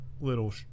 little